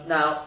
Now